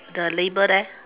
the label there